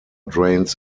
drains